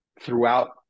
throughout